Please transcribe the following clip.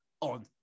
on